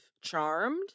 charmed